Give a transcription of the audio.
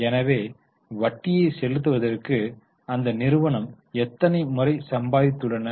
எனவே வட்டியை செலுத்துவதற்கு அந்த நிறுவனம் எத்தனை முறை சம்பாதித்துள்ளனர்